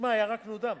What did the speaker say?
שמע, ירקנו דם,